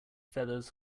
feathers